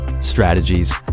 strategies